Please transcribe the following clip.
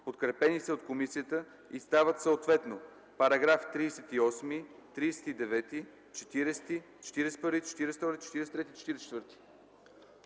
подкрепени са от комисията, и стават съответно параграфи 38, 39, 40, 41, 42, 43 и 44.